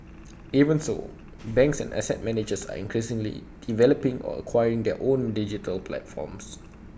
even so banks and asset managers are increasingly developing or acquiring their own digital platforms